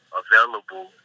available